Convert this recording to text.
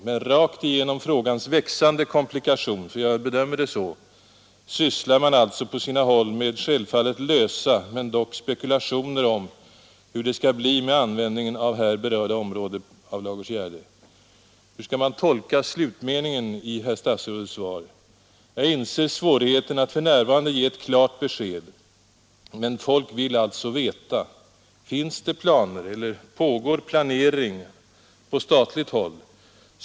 Men rakt igenom frågans växande komplikation — jag bedömer den så — sysslar man alltså på sina håll med självfallet lösa men dock spekulationer om hur det skall bli med användningen av här berörda område av Ladugårdsgärde. Hur skall man tolka slutmeningen i herr statsrådets svar? Jag inser svårigheten att för närvarande ge ett klart besked, men folk vill alltså veta. Finns det planer eller pågår planering på statligt håll?